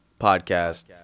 podcast